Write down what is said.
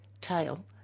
tail